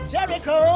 Jericho